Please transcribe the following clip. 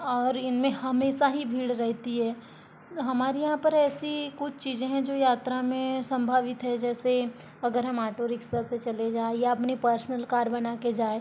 और इन में हमेशा ही भीड़ रहती है हमारी यहाँ पर ऐसी कुछ चीज़ें है जो यात्रा में संभावित है जैसे अगर हम ऑटो रिक्शा से चले जाए या अपनी पर्सनल कार बना के जाए